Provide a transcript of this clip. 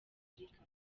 afurika